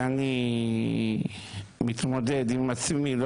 ואני מתמודד עם עצמי,